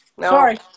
Sorry